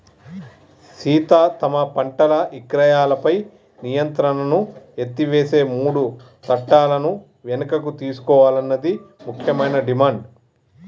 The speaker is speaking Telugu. సీత తమ పంటల ఇక్రయాలపై నియంత్రణను ఎత్తివేసే మూడు సట్టాలను వెనుకకు తీసుకోవాలన్నది ముఖ్యమైన డిమాండ్